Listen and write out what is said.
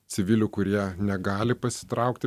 civilių kurie negali pasitraukti